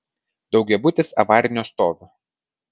daugiabutis avarinio stovio